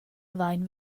vain